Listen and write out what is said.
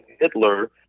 Hitler